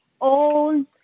old